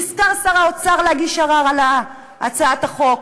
נזכר שר האוצר להגיש ערר על הצעת החוק,